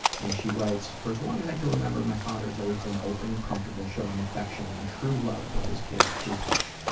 and she writes for as long as i can remember, my father's always been open and comfortable showing affection and true love for his kids through touch.